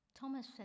Thomas